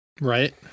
right